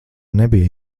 nebija